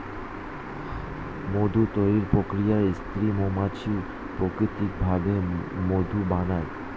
মধু তৈরির প্রক্রিয়ায় স্ত্রী মৌমাছিরা প্রাকৃতিক ভাবে মধু বানায়